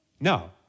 No